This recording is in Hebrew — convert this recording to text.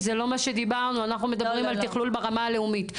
אנחנו מדברים על תכלול ברמה הלאומית.